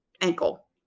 ankle